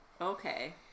Okay